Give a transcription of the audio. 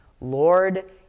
Lord